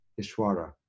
Ishwara